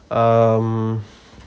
um